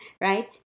right